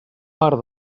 part